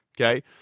Okay